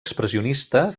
expressionista